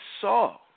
saw